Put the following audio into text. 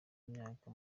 imyaka